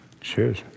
Cheers